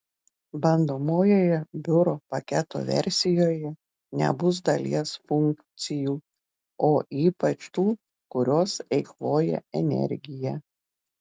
bandomojoje biuro paketo versijoje nebus dalies funkcijų o ypač tų kurios eikvoja energiją